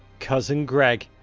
cousin greg,